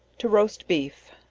to roast beef.